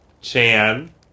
chan